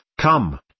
come